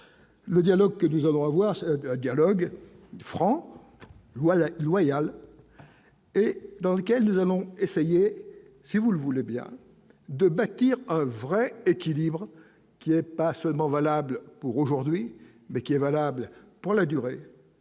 le dialogue que nous allons avoir de dialogue franc ou à la loyale, et dans lequel nous allons essayer, si vous le voulez bien de bâtir un vrai équilibre qui est pas seulement valable pour aujourd'hui, mais qui est valable pour la durée